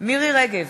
מירי רגב,